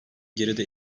geride